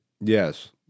Yes